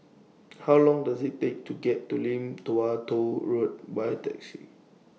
How Long Does IT Take to get to Lim Tua Tow Road By Taxi